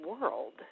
world